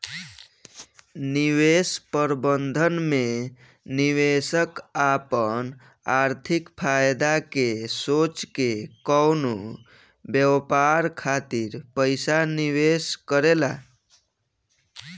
निवेश प्रबंधन में निवेशक आपन आर्थिक फायदा के सोच के कवनो व्यापार खातिर पइसा निवेश करेला